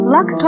Lux